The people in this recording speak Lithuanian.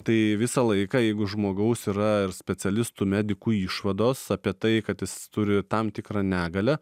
tai visą laiką jeigu žmogaus yra ir specialistų medikų išvados apie tai kad jis turi tam tikrą negalią